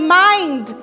mind